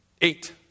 Eight